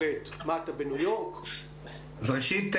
ראשית,